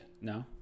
No